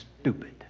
stupid